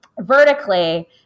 vertically